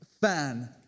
fan